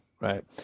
right